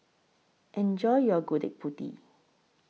Enjoy your Gudeg Putih